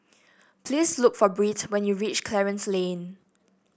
please look for Birt when you reach Clarence Lane